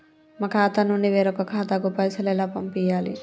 మా ఖాతా నుండి వేరొక ఖాతాకు పైసలు ఎలా పంపియ్యాలి?